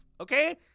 okay